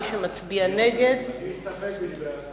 מי שמצביע נגד, אני מסתפק בדברי השר.